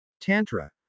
Tantra